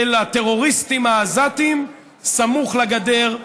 של הטרוריסטים העזתיים סמוך לגדר.